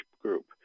group